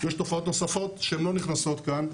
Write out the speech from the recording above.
ויש תופעות נוספות שלא נכנסות כאן.